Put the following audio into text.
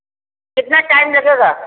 कितना टाइम लगेगा